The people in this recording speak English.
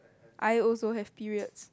I also have periods